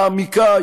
מעמיקה,